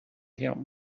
him